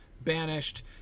banished